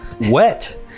wet